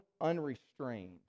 unrestrained